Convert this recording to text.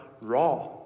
raw